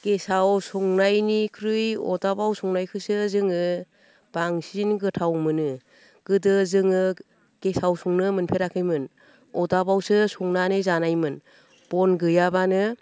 गेसआव संनायनिख्रुइ अरदाबआव संनायखौसो जोङो बांसिन गोथाव मोनो गोदो जोङो गेसआव संनो मोनफेराखैमोन अरदाबावसो संनानै जानायमोन बन गैयाबानो